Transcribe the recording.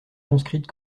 conscrite